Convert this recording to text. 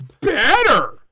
better